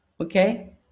okay